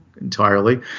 entirely